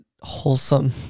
wholesome